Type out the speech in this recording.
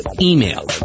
Email